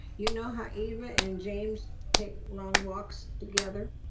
you know how eva and james take long walks together?